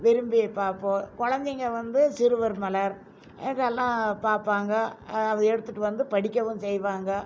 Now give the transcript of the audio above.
விரும்பி பார்ப்போம் குழந்தைங்க வந்து சிறுவர் மலர் இதெல்லாம் பார்ப்பாங்க அது எடுத்துகிட்டு வந்து படிக்கவும் செய்வாங்க